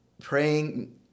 praying